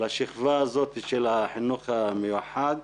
לשכבה הזאת של החינוך המיוחד,